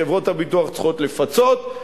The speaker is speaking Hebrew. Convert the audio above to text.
חברות הביטוח צריכות לפצות,